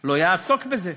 לא יעסוק בזה.